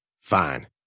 Fine